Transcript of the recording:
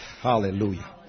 Hallelujah